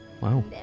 Wow